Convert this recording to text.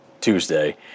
Tuesday